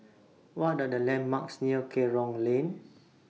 What Are The landmarks near Kerong Lane